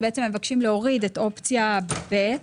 הם מבקשים להוריד את אופציה ב'.